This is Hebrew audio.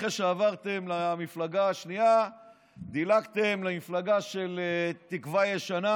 אחרי שעברתם למפלגה השנייה דילגתם למפלגה של תקווה ישנה,